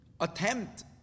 attempt